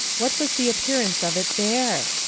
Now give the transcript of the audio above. what was the appearance of it there?